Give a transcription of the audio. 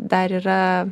dar yra